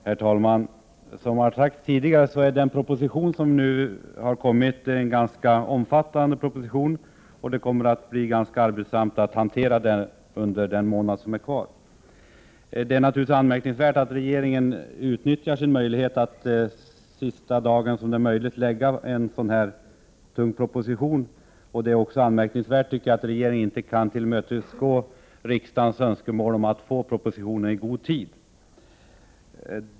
Herr talman! Som har sagts tidigare är den proposition som nu har kommit rätt omfattande. Det kommer att bli ganska arbetssamt att hantera den under den månad som är kvar av sessionen. Det är naturligtvis anmärkningsvärt att regeringen utnyttjar sin möjlighet att lägga fram en sådan här tung proposition den sista tänkbara dagen. Det är också anmärkningsvärt att regeringen inte kan tillmötesgå riksdagens önskemål om att få propositionen i god tid.